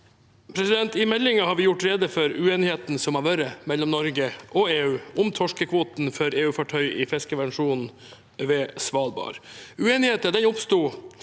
forhandlinger. I meldingen har vi gjort rede for uenigheten som har vært mellom Norge og EU om torskekvoten for EU-fartøy i fiskevernsonen ved Svalbard. Uenigheten oppsto